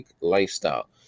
lifestyle